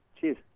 Cheers